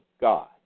God